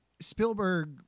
Spielberg